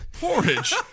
Porridge